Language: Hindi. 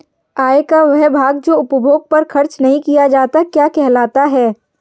आय का वह भाग जो उपभोग पर खर्च नही किया जाता क्या कहलाता है?